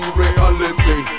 reality